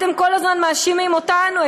אתם כל הזמן מאשימים אותנו,